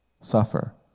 suffer